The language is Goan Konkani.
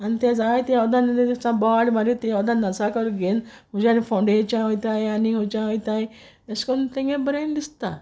आनी ते जायते ओर्द जाण बोवाड मात्ताय ओर्द जाण नरकासूर घेन हुंच्यान फोंडेच्यान वोयताय आनी हुंयच्यान वोयताय अेशकोन्न तेंगें बोरें दिसता